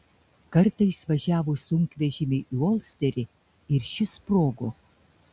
kartą jis važiavo sunkvežimiu į olsterį ir šis sprogo